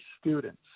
students